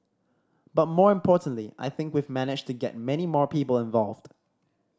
but more importantly I think we've managed to get many more people involved